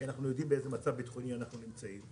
כי אנחנו יודעים באיזה מצב ביטחוני אנחנו נמצאים.